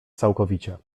całkowicie